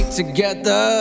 together